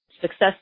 Success